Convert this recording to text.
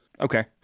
Okay